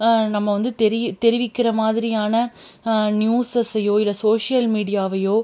நம்ம வந்து தெரி தெரிவிக்கிற மாதிரியான நியூஸஸ்ஸையோ இல்லை சோஷியல் மீடியாவையோ